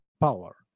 power